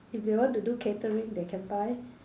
if they want to do catering they can buy